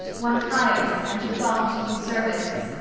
one cajus, and you thought he did you service.